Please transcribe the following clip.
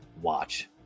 watch